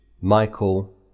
Michael